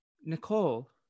nicole